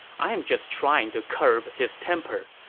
i'm just trying to curb his temper.